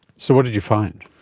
so what did you find?